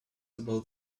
about